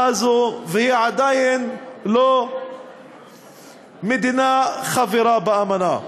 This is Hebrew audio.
הזו והיא עדיין לא מדינה חברה באמנה.